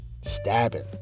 stabbing